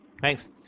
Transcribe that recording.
Thanks